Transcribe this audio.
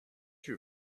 you